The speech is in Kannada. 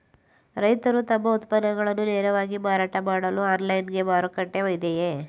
ರೈತರು ತಮ್ಮ ಉತ್ಪನ್ನಗಳನ್ನು ನೇರವಾಗಿ ಮಾರಾಟ ಮಾಡಲು ಆನ್ಲೈನ್ ಮಾರುಕಟ್ಟೆ ಇದೆಯೇ?